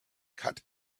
cut